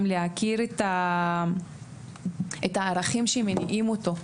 גם מלמדים את הילד להכיר את הערכים שמניעים אותו.